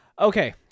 Okay